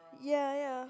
yeah yeah